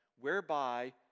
whereby